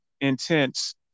intense